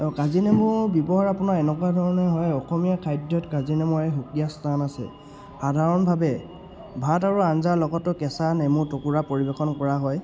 কাজিনেমু ব্যৱহাৰ আপোনাৰ এনেকুৱা ধৰণে হয় অসমীয়া খাদ্যত কাজিনেমুৰ এক সুকীয়া স্থান আছে সাধাৰণভাৱে ভাত আৰু আঞ্জাৰ লগতো কেঁচা নেমু টুকুৰা পৰিৱেশন কৰা হয়